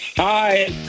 Hi